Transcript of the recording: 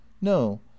no